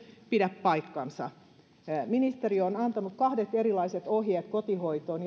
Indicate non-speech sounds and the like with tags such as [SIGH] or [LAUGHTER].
pidä paikkaansa ministeriö on antanut kolmet erilaiset ohjeet kotihoitoon [UNINTELLIGIBLE]